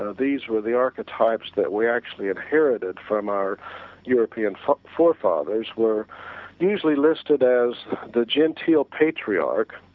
ah these were the archetypes that we actually inherited from our european forefathers were usually listed as the genteel patriarch